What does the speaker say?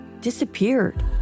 disappeared